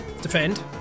defend